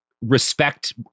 respect